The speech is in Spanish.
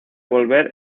volver